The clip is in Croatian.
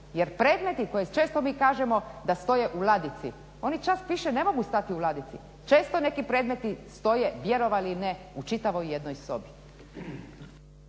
Jer predmeti koji često mi kažemo da stoje u ladici, oni čak više ne mogu stati u ladici. Često neki predmeti stoje vjerovali ili ne u čitavoj jednoj sobi.